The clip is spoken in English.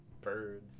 birds